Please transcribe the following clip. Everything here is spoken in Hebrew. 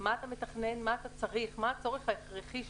מה אתה מתכנן, מה אתה צריך, מה הצורך ההכרחי שלך.